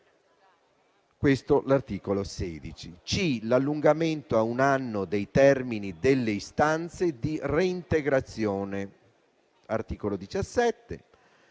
chiesta (articolo 16); l'allungamento a un anno dei termini delle istanze di reintegrazione